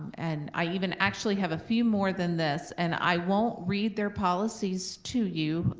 and i even actually have a few more than this. and i won't read their policies to you,